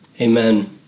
Amen